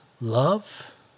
love